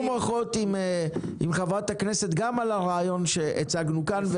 המוחות עם חברת הכנסת גם על הרעיון שהצגנו כאן.